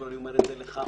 ואני אומר את זה לך,